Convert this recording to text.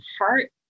heart